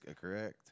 correct